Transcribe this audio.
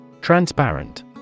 Transparent